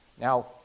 Now